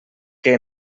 que